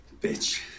bitch